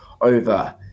over